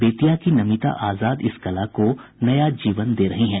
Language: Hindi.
बेतिया की नमिता आजाद इस कला को नया जीवन दे रही हैं